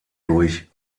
durch